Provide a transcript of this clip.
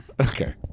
Okay